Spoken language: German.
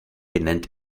benennt